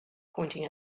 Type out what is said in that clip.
pointing